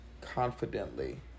confidently